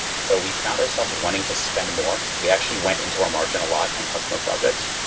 so we found ourselves wanting to spend more. we actually went into our margin a lot on customer projects.